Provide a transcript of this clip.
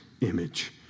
image